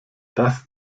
das